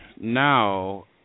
now